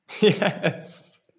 Yes